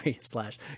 slash